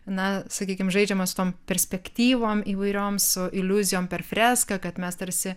na sakykim žaidžiama su tom perspektyvom įvairiom iliuzijom per freską kad mes tarsi